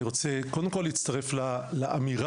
אני קודם כל רוצה להצטרף לאמירה,